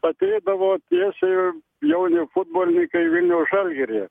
ateidavo tiesiai jauni futbolininkai į vilniaus žalgirį